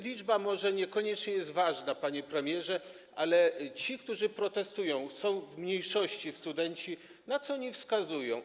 Liczba może niekoniecznie jest ważna, panie premierze, ale ci, którzy protestują, to są w mniejszości studenci, na co oni wskazują?